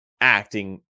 acting